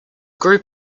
group